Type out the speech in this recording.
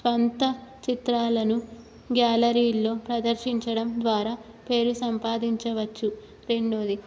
స్వంత చిత్రాలను గ్యాలరీల్లో ప్రదర్శించడం ద్వారా పేరు సంపాదించవచ్చు రెండవది